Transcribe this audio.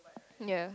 ya